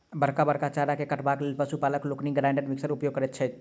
बड़का बड़का चारा के काटबाक लेल पशु पालक लोकनि ग्राइंडर मिक्सरक उपयोग करैत छथि